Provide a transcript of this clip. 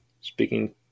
speaking